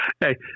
Hey